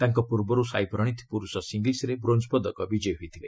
ତାଙ୍କ ପୂର୍ବରୁ ସାଇ ପ୍ରଣୀତ ପୁରୁଷ ସିଙ୍ଗିଲସରେ ବ୍ରୋଞ୍ଜ ପଦକ ବିଜୟୀ ହୋଇଥିଲେ